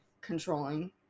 controlling